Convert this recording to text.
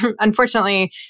unfortunately